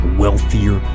wealthier